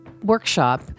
workshop